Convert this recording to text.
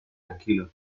tranquilo